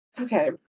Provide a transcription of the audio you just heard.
Okay